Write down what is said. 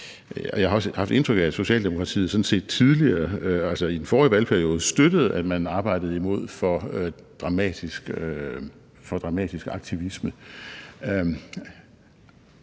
Jeg har også haft indtryk af, at Socialdemokratiet sådan set tidligere, altså i den forrige valgperiode, støttede, at man arbejdede imod for dramatisk aktivisme.